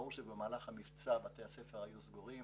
ברור שבמהלך המבצע בתי הספר היו סגורים,